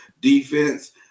defense